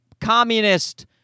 communist